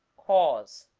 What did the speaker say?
cause